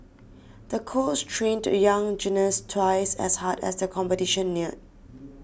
the coach trained the young gymnast twice as hard as the competition neared